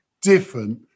different